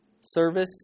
service